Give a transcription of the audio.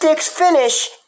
finish